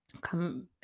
come